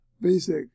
basic